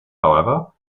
however